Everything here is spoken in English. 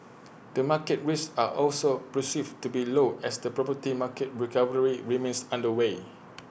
the market risks are also perceived to be low as the property market recovery remains underway